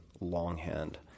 longhand